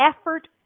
effort